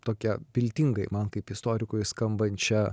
tokią viltingai man kaip istorikui skambančią